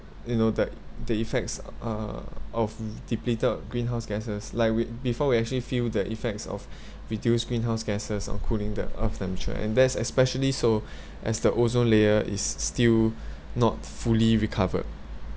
you know that the effects uh of depleted greenhouse gasses like w~ before we actually feel the effects of reduced greenhouse gasses of cooling the earth temperature and that's especially so as the ozone layer is still not fully recovered